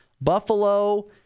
Buffalo